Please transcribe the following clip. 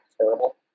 terrible